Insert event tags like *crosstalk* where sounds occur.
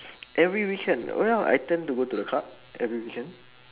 *breath* every weekend oh ya I tend to go to the club every weekend